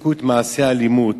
יפסיקו את מעשי האלימות,